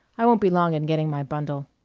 i won't be long in getting my bundle.